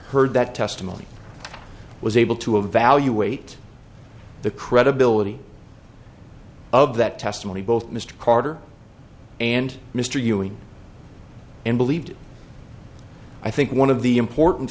heard that testimony was able to evaluate the credibility of that testimony both mr carter and mr ewing and believed i think one of the important